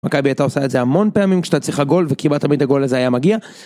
מכבי הייתה עושה את זה המון פעמים כשהייתה צריכה גול וכמעט תמיד הגול הזה היה מגיע.